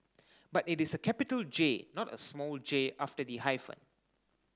but it is a capital J not a small j after the hyphen